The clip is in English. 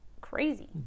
crazy